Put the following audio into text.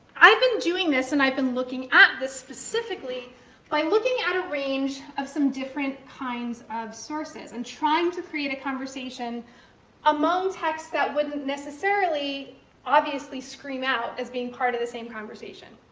i've been doing this, and i've been looking at this specifically by looking at a range of some different kinds of sources and trying to create a conversation among texts that wouldn't necessarily obviously scream out as being part of the same conversation.